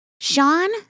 Sean